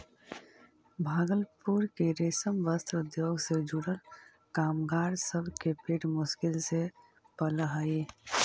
भागलपुर के रेशम वस्त्र उद्योग से जुड़ल कामगार सब के पेट मुश्किल से पलऽ हई